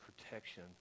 protection